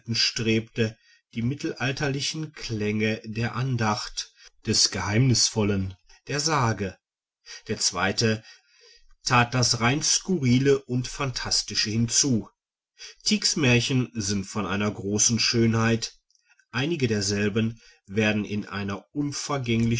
strebte die mittelalterlichen klänge der andacht des geheimnisvollen der sage der zweite tat das rein skurrile und phantastische hinzu tiecks märchen sind von einer großen schönheit einige derselben werden in einer